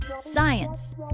science